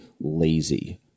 lazy